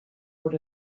what